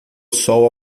sol